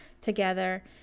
together